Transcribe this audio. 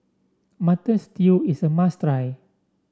Mutton Stew is a must try